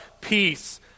peace